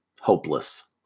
hopeless